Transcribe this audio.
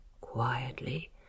quietly